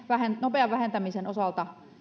nopean vähentämisen osalta